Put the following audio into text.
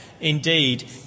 indeed